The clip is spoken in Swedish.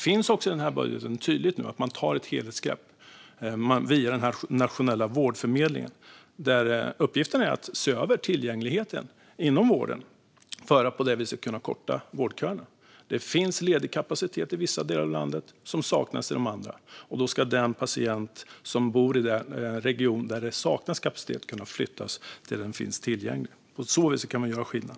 Man tar också ett tydligt helhetsgrepp via den nationella vårdförmedlingen, där uppgiften är att se över tillgängligheten inom vården för att på det viset kunna korta vårdköerna. Det finns ledig kapacitet i vissa delar av landet som saknas i de andra, och då ska den patient som bor i en region där det saknas kapacitet kunna flyttas till en där den finns tillgänglig. På så vis kan man göra skillnad.